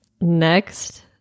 Next